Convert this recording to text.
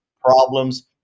problems